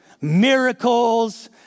miracles